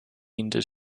ended